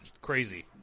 crazy